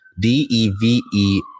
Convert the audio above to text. D-E-V-E